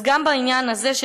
גם בעניין הזה,